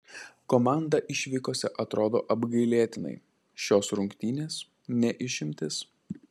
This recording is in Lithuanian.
komanda išvykose atrodo apgailėtinai šios rungtynės ne išimtis